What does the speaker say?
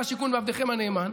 שר השיכון ועבדכם הנאמן,